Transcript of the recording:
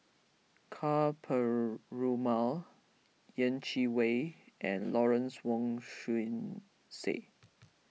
Ka Perumal Yeh Chi Wei and Lawrence Wong Shyun Tsai